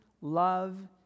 love